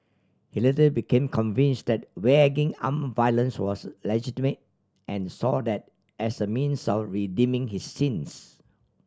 he later became convince that arm violence was legitimate and saw that as a means of redeeming his sins